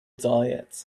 diet